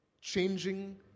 changing